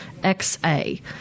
XA